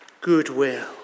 goodwill